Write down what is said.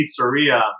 pizzeria